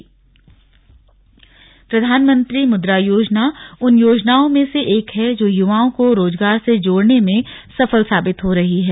slug प्रधानमंत्री मुद्रा योजना प्रधानमंत्री मुद्रा योजना उन योजनाओ में से एक है जो युवाओं को रोजगार से जोड़ने में सफल साबित हो रही है